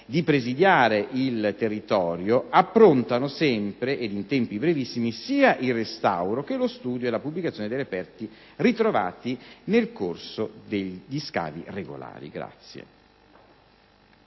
di presidiare il territorio, approntano sempre ed in tempi brevissimi sia il restauro che lo studio e la pubblicazione dei reperti ritrovati nel corso di scavi regolari.